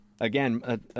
again